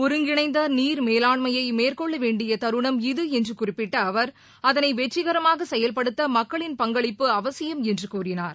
ஒருங்கிணைந்த நீர் மேலாண்மையை மேற்கொள்ள வேண்டிய தருணம் இது என்று குறிப்பிட்ட அவர் அதனை வெற்றிகரமாக செயல்படுத்த மக்களின் பங்களிப்பு அவசியம் என்று கூறினார்